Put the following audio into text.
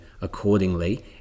accordingly